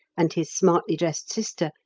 and his smartly dressed sister,